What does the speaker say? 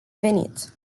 venit